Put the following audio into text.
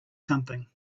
something